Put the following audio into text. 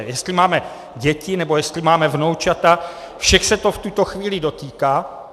Jestli máme děti, nebo jestli máme vnoučata, všech se to v tuto chvíli dotýká.